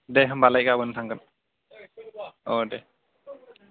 दे होनबालाय गाबोन थांगोन अ दे